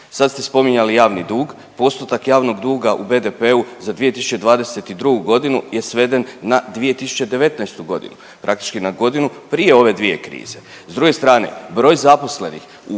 Sad ste spominjali javni dug. Postotak javnog duga u BDP-u za 2022. g. je sveden na 2019. g., praktički na godinu prije ove dvije krize. S druge strane, broj zaposlenih